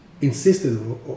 insisted